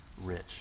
rich